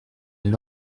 elle